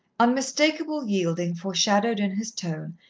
unmistakable yielding foreshadowed in his tone,